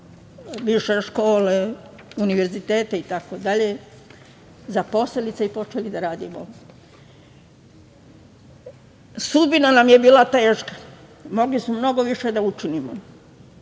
više škole, univerzitet itd, zaposlili se i počeli da radimo. Sudbina nam je bila teška mogli smo mnogo više da učinimo,